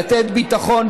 לתת ביטחון,